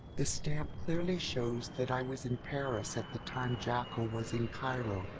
the stamp clearly shows that i was in paris at the time jackal was in cairo,